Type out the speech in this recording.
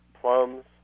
plums